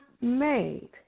made